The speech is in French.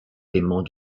paiement